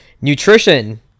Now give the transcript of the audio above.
Nutrition